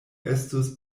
estus